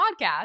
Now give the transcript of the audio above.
podcast